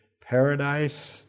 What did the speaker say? paradise